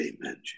Amen